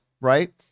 right